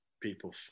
people